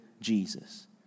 Jesus